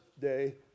day